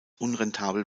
unrentabel